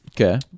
Okay